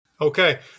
Okay